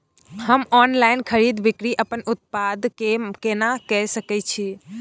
हम ऑनलाइन खरीद बिक्री अपन उत्पाद के केना के सकै छी?